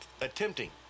attempting